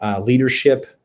leadership